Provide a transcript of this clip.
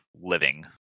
living